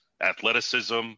athleticism